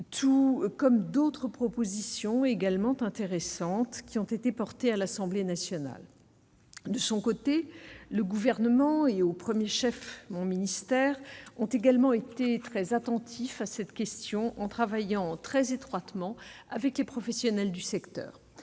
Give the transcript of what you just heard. tout comme d'autres propositions également intéressantes qui ont été portés à l'Assemblée nationale, de son côté, le gouvernement et au 1er chef mon ministère ont également été très attentif à cette question en travaillant très étroitement avec les professionnels du secteur,